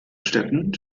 städten